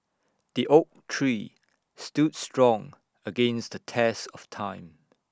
the oak tree stood strong against the test of time